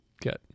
get